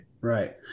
Right